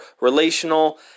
relational